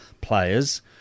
players